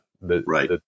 Right